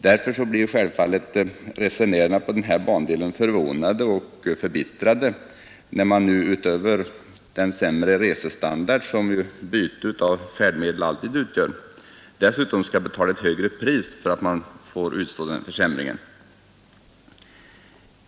Därför blir självfallet resenärerna på denna bandel förvånade och förbittrade när man nu utöver den sämre resestandard som byte av färdmedel alltid utgör skall betala ett högre pris för att man får utstå denna försämring.